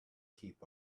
keep